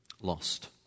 lost